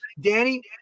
Danny